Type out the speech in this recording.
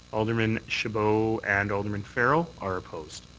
alderman chabot and alderman farrell are opposed.